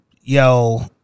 yo